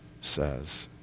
says